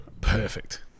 Perfect